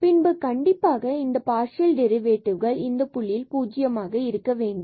பின்பு கண்டிப்பாக இந்த பார்சியல் டெரிவேடிவ்கள் இந்த புள்ளியில் 0 ஆக இருக்க வேண்டும்